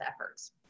efforts